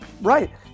Right